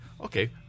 okay